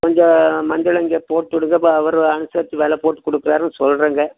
கொஞ்சம் மஞ்சளை இங்கே போட்டு விடுங்க அப்போ அவர் அனுசரித்து வெலை போட்டு கொடுக்குறாருன்னு சொல்றேங்க